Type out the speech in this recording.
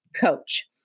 coach